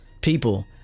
people